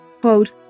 quote